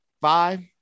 five